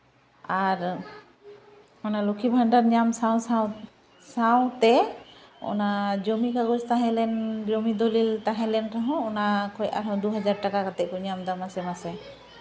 ᱟᱨ ᱚᱱᱟ ᱞᱚᱠᱠᱷᱤ ᱵᱷᱟᱱᱰᱟᱨ ᱧᱟᱢ ᱥᱟᱶ ᱥᱟᱶ ᱥᱟᱶ ᱛᱮ ᱚᱱᱟ ᱡᱚᱢᱤ ᱜᱟᱜᱚᱡᱽ ᱛᱟᱦᱮᱸ ᱞᱮᱱ ᱡᱚᱢᱤ ᱫᱚᱞᱤᱞ ᱛᱟᱦᱮᱸ ᱞᱮᱱ ᱨᱮᱦᱚᱸ ᱚᱱᱟ ᱠᱷᱚᱡ ᱟᱨᱦᱚᱸ ᱫᱩ ᱦᱟᱡᱟᱨ ᱴᱟᱠᱟ ᱠᱟᱛᱮᱫ ᱠᱚ ᱧᱟᱢᱫᱟ ᱢᱟᱥᱮ ᱢᱟᱥᱮ